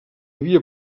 havia